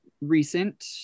recent